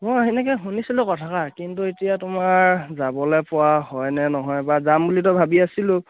মই তেনেকৈ শুনিছিলোঁ কথাষাৰ কিন্তু এতিয়া তোমাৰ যাবলৈ পোৱা হয়নে নহয় বা যাম বুলিতো ভাবি আছিলোঁ